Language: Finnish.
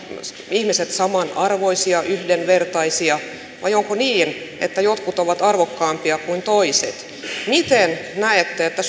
ihmiset samanarvoisia yhdenvertaisia vai onko niin että jotkut ovat arvokkaampia kuin toiset miten näette että